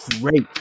great